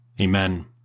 Amen